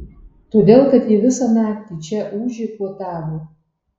todėl kad ji visą naktį čia ūžė puotavo